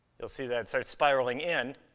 you'll see that it starts spiraling in.